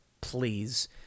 please